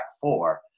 four